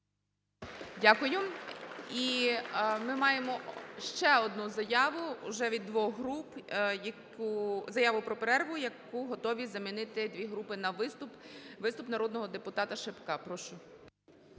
Дякую. І ми маємо ще одну заяву вже від двох груп, заяву про перерву, яку готові замінити, дві групи на виступ, виступ народного депутата Шипка. Прошу.